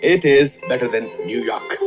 it is better than new york.